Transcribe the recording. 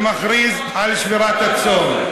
ומכריז על שבירת הצום.